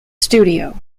studio